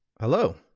Hello